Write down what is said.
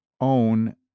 own